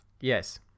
Yes